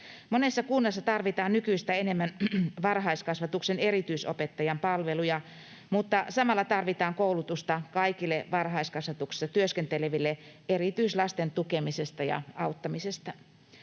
Monessa kunnassa tarvitaan nykyistä enemmän varhaiskasvatuksen erityisopettajan palveluja, mutta samalla tarvitaan koulutusta kaikille varhaiskasvatuksessa työskenteleville erityislasten tukemisesta ja auttamisesta.